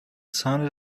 sounded